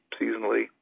seasonally